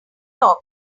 talk